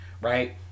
right